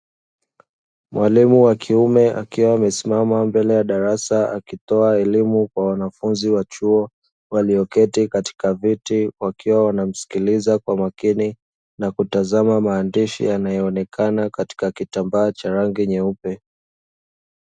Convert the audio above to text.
Mwalimu wa kiume akiwa amesimama mbele ya darasa, akitoa elimu kwa wanafunzi wa chuo, walioketi katika viti wakiwa wanamsikiliza kwa makini na kutazama maandishi yanayoonekana katika kitambaa cha rangi nyeupe.